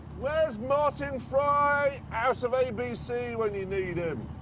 where's martin fry out of abc when you need him?